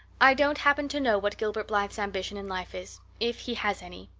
i don't happen to know what gilbert blythe's ambition in life is if he has any,